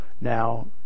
now